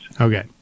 Okay